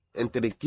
entre